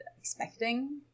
expecting